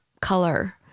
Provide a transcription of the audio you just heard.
color